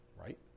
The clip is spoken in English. Right